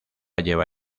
lleva